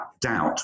doubt